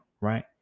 right